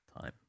time